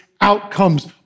outcomes